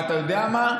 ואתה יודע מה,